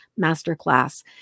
masterclass